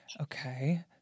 Okay